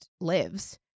lives